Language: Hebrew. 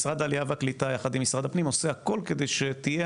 משרד העלייה והקליטה עושה הכל כדי שתהיה